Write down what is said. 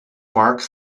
park